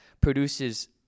produces